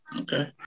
Okay